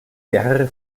mehrere